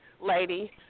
lady